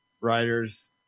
writers